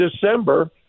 December